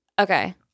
Okay